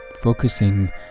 focusing